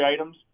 items